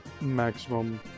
maximum